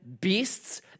beasts